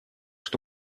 что